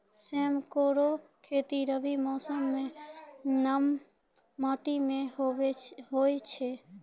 सेम केरो खेती रबी मौसम म नम माटी में होय छै